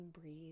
breathe